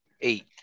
Eight